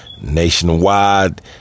nationwide